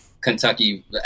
kentucky